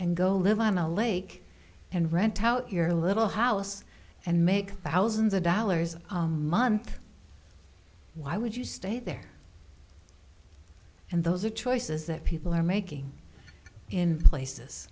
and go live on a lake and rent out your little house and make thousands of dollars a month why would you stay there and those are choices that people are making in places